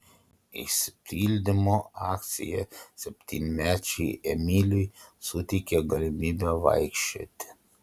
išsipildymo akcija septynmečiui emiliui suteikė galimybę vaikščioti